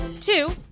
two